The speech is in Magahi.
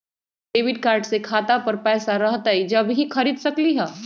डेबिट कार्ड से खाता पर पैसा रहतई जब ही खरीद सकली ह?